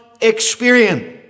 experience